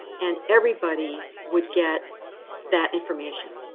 and everybody would get that information,